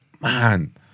Man